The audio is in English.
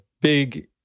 big